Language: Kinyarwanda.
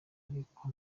ariko